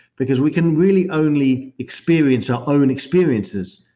because we can really only experience our own experiences,